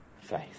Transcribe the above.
faith